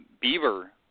beaver